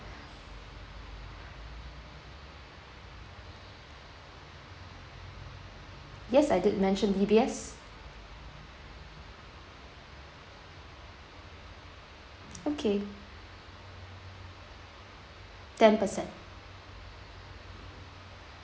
yes I did mention D_B_S okay ten per cent